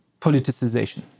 politicization